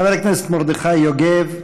חבר הכנסת מרדכי יוגב,